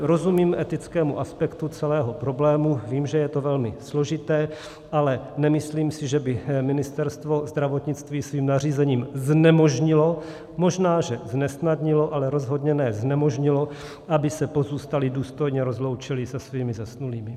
Rozumím etickému aspektu celého problému, vím, že je to velmi složité, ale nemyslím si, že by Ministerstvo zdravotnictví svým nařízením znemožnilo, možná že znesnadnilo, ale rozhodně ne znemožnilo, aby se pozůstalí důstojně rozloučili se svými zesnulými.